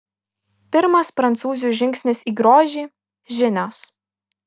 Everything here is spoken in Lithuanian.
pirmas prancūzių žingsnis į grožį žinios